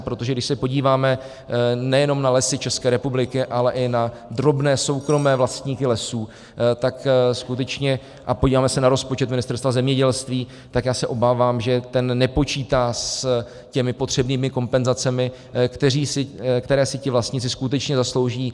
Protože když se podíváme nejenom na Lesy České republiky, ale i na drobné soukromé vlastníky lesů, tak skutečně a podíváme se na rozpočet Ministerstva zemědělství, tak já se obávám, že ten nepočítá s těmi potřebnými kompenzacemi, které si ti vlastníci skutečně zaslouží.